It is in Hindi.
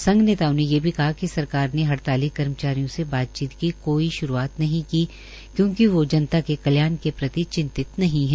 संघ नेताओं ने ये भी कहा कि सरकार ने हड़ताली कर्मचारियों से बातचीत की कोई श्रूआत नहीं की क्योंकि वो जनता के कल्याण के प्रति चितिंत नहीं है